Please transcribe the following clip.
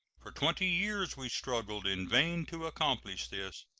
for twenty years we struggled in vain to accomplish this,